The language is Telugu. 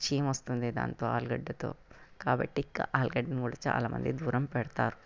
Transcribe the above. చీము వస్తుంది దాంతో ఆలుగడ్డతో కాబట్టి ఆలుగడ్డను కూడా చాలా మంది దూరం పెడతారు